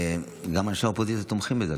גם אנשי האופוזיציה תומכים בזה.